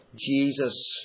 Jesus